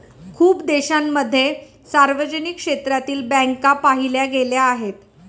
खूप देशांमध्ये सार्वजनिक क्षेत्रातील बँका पाहिल्या गेल्या आहेत